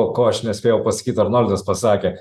ko aš nespėjau pasakyt arnoldas pasakė